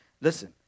Listen